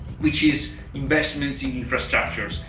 which is investments in infrastructures.